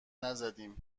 نزدیم